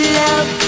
love